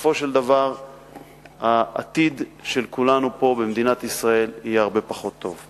בסופו של דבר העתיד של כולנו פה במדינת ישראל יהיה הרבה פחות טוב.